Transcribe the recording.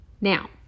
Now